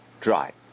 dry